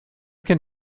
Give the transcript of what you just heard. can